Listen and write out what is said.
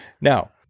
now